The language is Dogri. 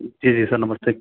जी जी सर नमस्ते